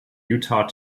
utah